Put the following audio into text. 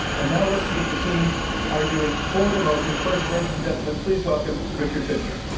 and now let's meet the team arguing for the motion, first, ladies and gentlemen, please welcome richard fisher.